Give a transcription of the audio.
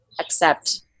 accept